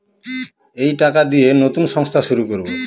এই টাকা দিয়ে নতুন সংস্থা শুরু করবো